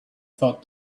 thought